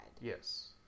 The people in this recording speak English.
Yes